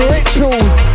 Rituals